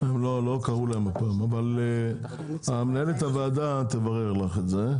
לא קראו להם הפעם אבל מנהלת הוועדה תברר את זה.